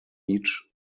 each